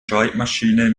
schreibmaschine